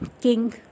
king